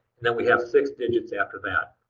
and then we have six digits after that.